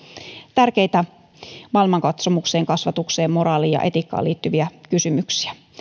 tärkeitä maailmankatsomukseen kasvatukseen moraaliin ja etiikkaan liittyviä kysymyksiä